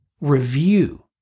review